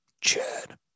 Chad